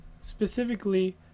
specifically